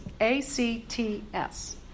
A-C-T-S